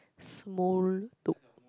small talk